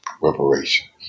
reparations